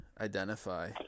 identify